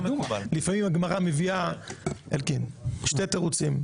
לפעמים הגמרא מביאה שני תירוצים,